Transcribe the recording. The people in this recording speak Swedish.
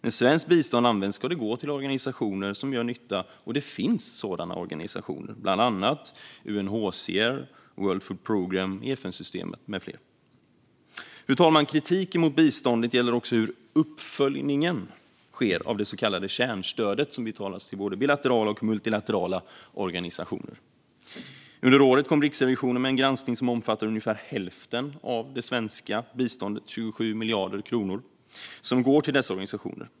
När svenskt bistånd används ska det gå till organisationer som gör nytta, och det finns sådana organisationer, bland annat UNHCR och World Food Programme i FN-systemet. Fru talman! Kritiken mot biståndet gäller också hur uppföljningen görs av det så kallade kärnstödet som betalas till både bilaterala och multilaterala organisationer. Under året kom Riksrevisionen med en granskning som omfattar ungefär hälften av det svenska biståndet, 27 miljarder kronor, som går till dessa organisationer.